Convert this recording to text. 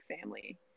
family